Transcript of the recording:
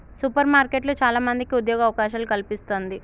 super మార్కెట్లు చాల మందికి ఉద్యోగ అవకాశాలను కల్పిస్తంది